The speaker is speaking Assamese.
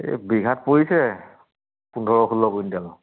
এই বিঘাত পৰিছে পোন্ধৰ ষোল্ল কুইণ্টল